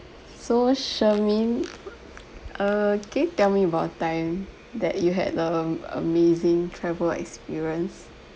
so shermin err can you tell me about a time that you had a amazing travel experience